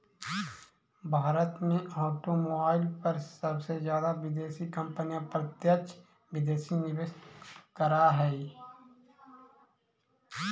भारत में ऑटोमोबाईल पर सबसे जादा विदेशी कंपनियां प्रत्यक्ष विदेशी निवेश करअ हई